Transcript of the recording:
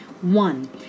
One